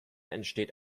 entsteht